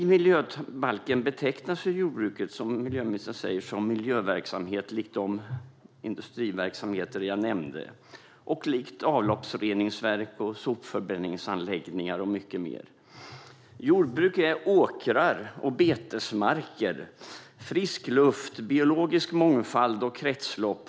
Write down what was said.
I miljöbalken betecknas jordbruket som miljöfarlig verksamhet, som miljöministern säger, liksom de industriverksamheter som jag nämnde samt avloppsreningsverk, sopförbränningsanläggningar och mycket mer. Jordbruk är åkrar och betesmarker, frisk luft, biologisk mångfald och kretslopp.